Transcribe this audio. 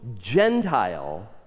Gentile